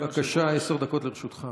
בבקשה, עשר דקות לרשותך.